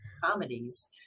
comedies